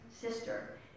sister